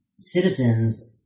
citizens